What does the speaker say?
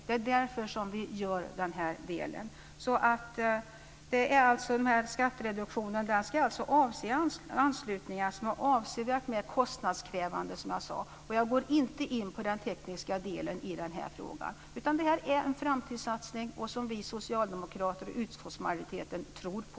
Det är därför som vi stöder den här delen. Skattereduktionen ska alltså avse anslutningar som är avsevärt mer kostnadskrävande, som jag sade. Jag går inte in på den tekniska delen i den här frågan, utan det här är en framtidssatsning som vi socialdemokrater i utskottsmajoriteten tror på.